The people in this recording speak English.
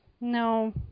No